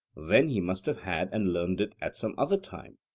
then he must have had and learned it at some other time?